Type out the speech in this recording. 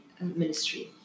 Ministry